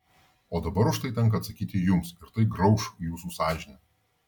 o dabar už tai tenka atsakyti jums ir tai grauš jūsų sąžinę